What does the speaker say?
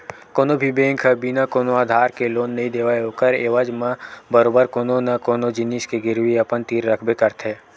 कोनो भी बेंक ह बिना कोनो आधार के लोन नइ देवय ओखर एवज म बरोबर कोनो न कोनो जिनिस के गिरवी अपन तीर रखबे करथे